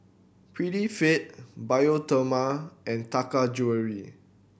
Prettyfit Bioderma and Taka Jewelry